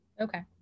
Okay